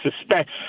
suspect